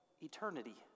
eternity